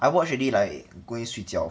I watch already like going 睡觉